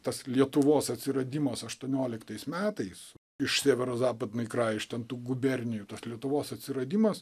tas lietuvos atsiradimas aštuonioliktais metais iš sėverno zapadnyj kraj iš ten tų gubernijų tos lietuvos atsiradimas